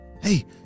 Hey